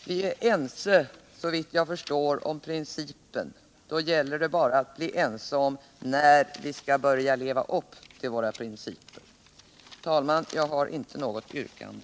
Vi är såvitt jag förstår ense om principen. Då gäller det bara att bli ense om när vi skall börja leva upp till våra principer. Jag har, herr talman, inte något yrkande.